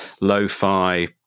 lo-fi